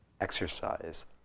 exercise